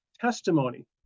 testimony